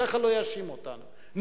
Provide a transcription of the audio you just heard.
ככה לא יאשימו אותנו.